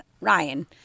Ryan